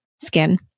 skin